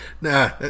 nah